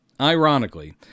Ironically